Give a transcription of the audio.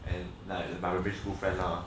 and like the my primary school friend lah